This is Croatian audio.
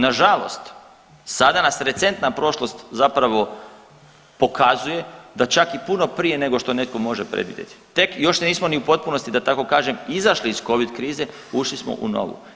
Nažalost sada nas recentna prošlost zapravo pokazuje da čak i puno prije nego što netko može predvidjeti, tek još nismo ni u potpunosti da tako kažem izašli iz Covid krize ušli smo u novu.